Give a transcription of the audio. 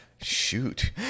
shoot